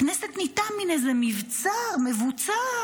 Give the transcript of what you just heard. הכנסת נהייתה מין איזה מבצר מבוצר,